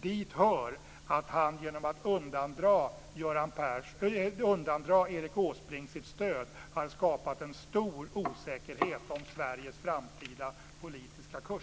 Dit hör att han genom att undandra Erik Åsbrink sitt stöd har skapat en stor osäkerhet om Sveriges framtida politiska kurs.